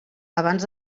abans